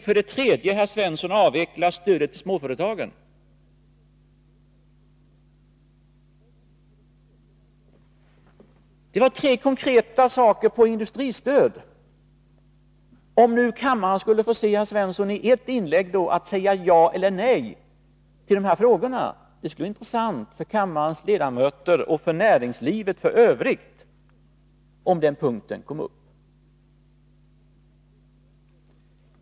För det tredje: Vill herr Svensson avveckla stödet till småföretagaren? Det var tre konkreta frågor om industristöd. Det vore intressant för kammarens ledamöter och för näringslivet att få höra herr Svenssons svar på dessa frågor.